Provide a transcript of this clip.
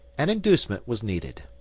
an inducement was needed.